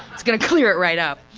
it's gonna clear it right up!